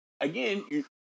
again